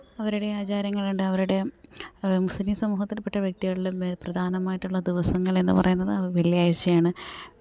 അവരുടെ ആചാരങ്ങളുണ്ട് അവരുടെ മുസ്ലീം സമൂഹത്തിൽപ്പെട്ട വ്യക്തികളിൽ പ്രധാനമായിട്ടു ള്ള ദിവസങ്ങളെന്നു പറയുന്നത് വെള്ളിയാഴ്ചയാണ്